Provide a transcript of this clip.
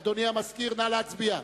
אדוני המזכיר, נא להצביע.